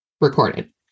recorded